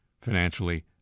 financially